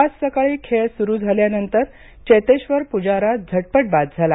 आज सकाळी खेळ सुरु झाल्यानंतर चेतेश्वर पुजारा झटपट बाद झाला